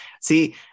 see